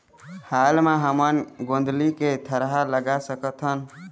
हाल मा हमन गोंदली के थरहा लगा सकतहन?